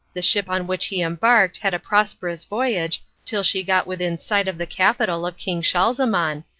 the ship on which he embarked had a prosperous voyage till she got within sight of the capital of king schahzaman,